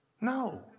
No